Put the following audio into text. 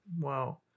Wow